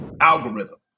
algorithm